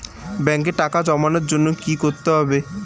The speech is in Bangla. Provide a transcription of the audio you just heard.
ব্যাংকে টাকা জমানোর জন্য কি কি করতে হয়?